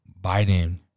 Biden